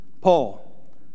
Paul